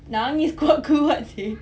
nangis kuat-kuat seh